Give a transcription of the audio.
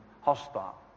hostile